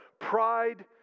pride